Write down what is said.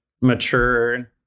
mature